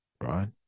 right